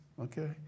okay